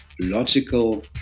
logical